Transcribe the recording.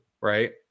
right